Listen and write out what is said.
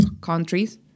countries